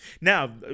now